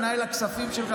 מנהל הכספים שלך,